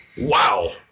Wow